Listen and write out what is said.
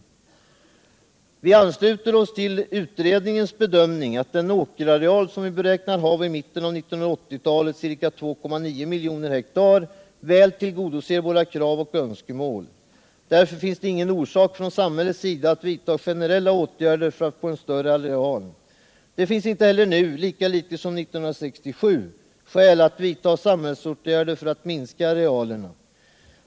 Vi ansluter oss till utredningens bedömning att den åkerareal som vi beräknas ha i mitten av 1980-talet, ca 2,9 miljoner hektar, väl tillgodoser våra krav och önskemål. Därför finns det ingen orsak från samhällets sida att vidta generella åtgärder för att få en större areal. Det finns inte heller nu, lika litet som 1967, skäl att vidta samhällsåtgärder för att minska arealerna.